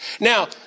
Now